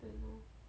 don't know